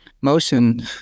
Motion